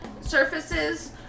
surfaces